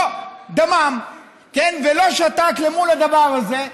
לא דמם ולא שתק למול הדבר הזה.